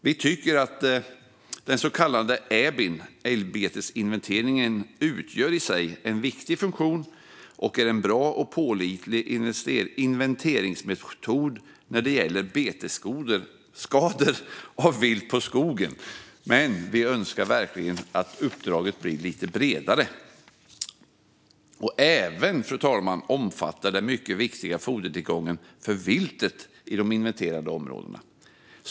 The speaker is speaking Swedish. Vi tycker att den så kallade ÄBI:n, älgbetesinventeringen, i sig har en viktig funktion och är en bra och pålitlig inventeringsmetod när det gäller betesskador av vilt på skogen, men vi önskar verkligen att uppdraget blir lite bredare och även, fru talman, omfattar den mycket viktiga fodertillgången för viltet i de inventerade områdena.